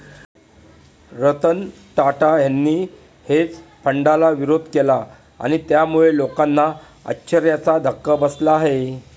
रतन टाटा यांनी हेज फंडाला विरोध केला आणि त्यामुळे लोकांना आश्चर्याचा धक्का बसला आहे